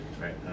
right